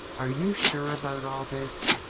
are you sure about all this?